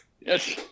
Yes